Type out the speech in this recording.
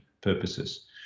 purposes